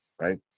Right